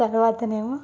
తరువాత ఏమో